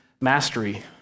Mastery